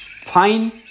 fine